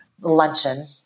luncheon